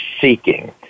seeking